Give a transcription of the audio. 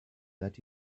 that